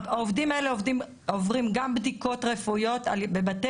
העובדים האלה עוברים גם בדיקות רפואיות בבתי